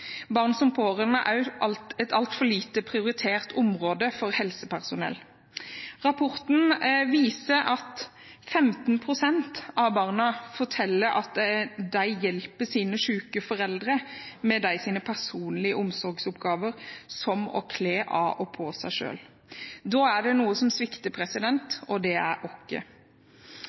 Barn som pårørende er også et altfor lite prioritert område for helsepersonell. Rapporten viser at 15 pst. av barna forteller at de hjelper sine syke foreldre med deres personlige omsorgsoppgaver, som å kle av og på seg selv. Da er det noe som svikter,